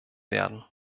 werden